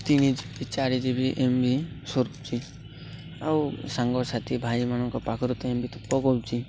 ତିନି G B ଚାରି G B M B ସରୁୁଛି ଆଉ ସାଙ୍ଗସାଥି ଭାଇମାନଙ୍କ ପାଖରେ ତ ଏମିତି ତ ପକଉଛି